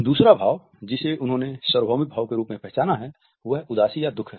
दूसरा भाव जिसे उन्होंने सार्वभौमिक भाव के रूप में पहचाना है वह उदासी या दुःख है